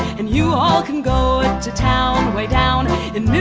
and you can go to town way down in